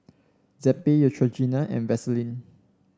Zappy Neutrogena and Vaselin